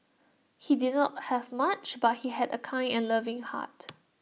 he did not have much but he had A kind and loving heart